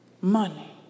money